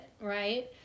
right